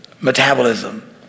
Metabolism